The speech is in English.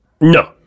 No